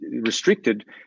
restricted